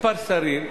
מספר שרים אמרו: